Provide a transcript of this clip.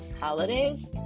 holidays